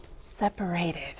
separated